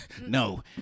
No